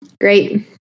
Great